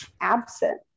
absent